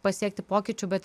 pasiekti pokyčių bet